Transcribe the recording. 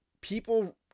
people